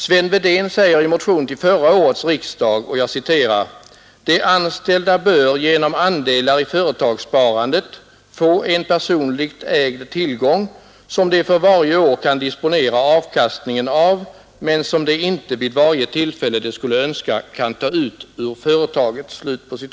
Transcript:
Sven Wedén sade i motion till förra årets riksdag: ”De anställda bör genom andelar i företagssparandet få en personligt ägd tillgång, som de för varje år kan disponera avkastningen av men som de inte vid varje tillfälle de skulle önska kan ta ut ur företaget.” 2.